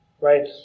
Right